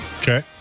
Okay